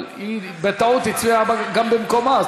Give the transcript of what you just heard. אבל בטעות היא הצביעה גם במקומה,